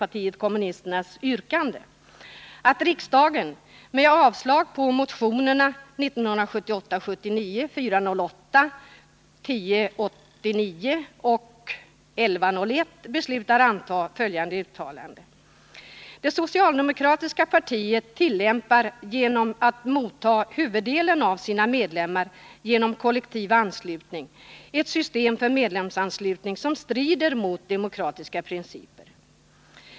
I enlighet med förslaget hemställer jag att riksdagen med avslag på motionerna 1978 79:1089 och 1978/79:1101 beslutar anta följande uttalande: Det socialdemokratiska partiet tillämpar, genom att motta huvuddelen av sina medlemmar genom kollektiv anslutning, ett system för medlemsanslutning som strider mot demokratiska principer.